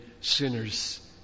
sinners